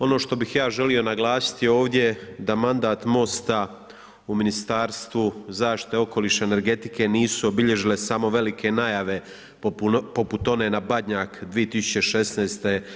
Ono što bih ja želio naglasiti ovdje da mandat MOST-a u Ministarstvu zaštite okoliša, energetike nisu obilježile samo velike najave poput one na Badnjak 2016.